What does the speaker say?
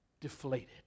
deflated